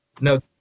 no